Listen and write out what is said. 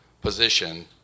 position